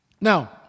Now